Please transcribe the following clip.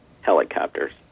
helicopters